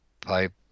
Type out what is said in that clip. pipe